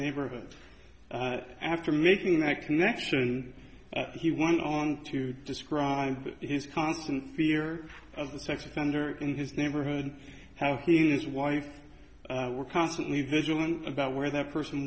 neighborhood after making that connection he won on to describe his constant fear of the sex offender in his neighborhood how he and his wife were constantly vigilant about where that person